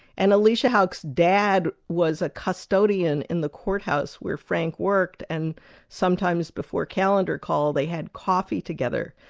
and alicia hauck's dad was a custodian in the court house where frank worked, and sometimes before calendar call, they had coffee together.